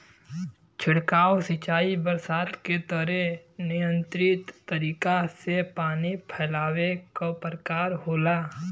छिड़काव सिंचाई बरसात के तरे नियंत्रित तरीका से पानी फैलावे क प्रकार होला